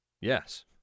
Yes